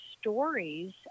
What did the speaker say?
stories